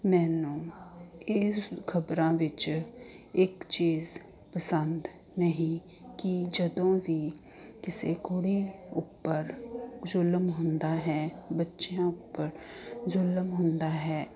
ਮੈਨੂੰ ਇਸ ਖ਼ਬਰਾਂ ਵਿੱਚ ਇੱਕ ਚੀਜ਼ ਪਸੰਦ ਨਹੀਂ ਕਿ ਜਦੋਂ ਵੀ ਕਿਸੇ ਕੁੜੀ ਉੱਪਰ ਜ਼ੁਲਮ ਹੁੰਦਾ ਹੈ ਬੱਚਿਆਂ ਉੱਪਰ ਜ਼ੁਲਮ ਹੁੰਦਾ ਹੈ